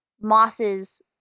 mosses